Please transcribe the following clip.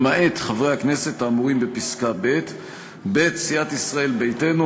למעט חברי הכנסת האמורים בפסקה (ב); (ב) סיעת ישראל ביתנו,